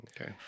Okay